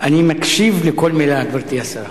אני מקשיב לכל מלה, גברתי השרה.